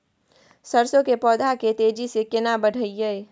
सरसो के पौधा के तेजी से केना बढईये?